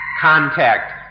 contact